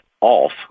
off